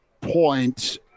point